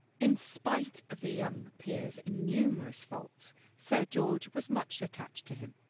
in spite of the young peer's numerous faults sir george was much attached to him,